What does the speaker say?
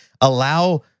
allow